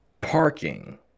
parking